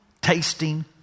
tasting